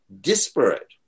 disparate